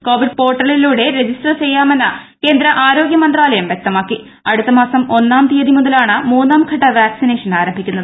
Covid പോർട്ടലിലൂട്ടെ register ചെയ്യാമെന്ന് കേന്ദ്ര ആരോഗ്യ മന്ത്രാലയം വ്യക്തമാക്കി ക്രെടുത്ത മാസം ഒന്നാം തീയതി മുതലാണ് മുന്നാം വാക്സിനേഷൻ ആരംഭിക്കുന്നത്